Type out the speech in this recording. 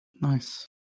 Nice